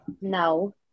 no